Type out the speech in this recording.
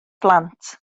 phlant